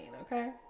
okay